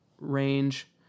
range